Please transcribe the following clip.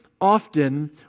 often